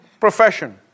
profession